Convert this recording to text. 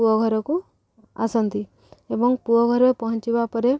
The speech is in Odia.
ପୁଅ ଘରକୁ ଆସନ୍ତି ଏବଂ ପୁଅ ଘରେ ପହଞ୍ଚିବା ପରେ